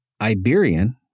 Iberian